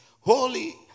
holy